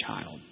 child